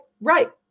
right